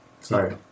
Sorry